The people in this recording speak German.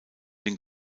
den